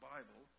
Bible